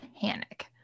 panic